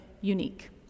unique